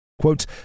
Quote